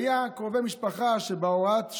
היו קרובי משפחה שבהוראת השעה,